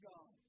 God